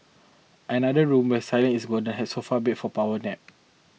another room where silence is golden has sofa bed for power nap